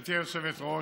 גברתי היושבת-ראש,